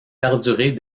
perdurer